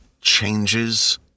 changes